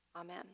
Amen